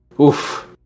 Oof